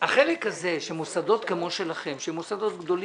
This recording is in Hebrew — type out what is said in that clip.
החלק הזה של מוסדות כמו שלכם, של מוסדות גדולים,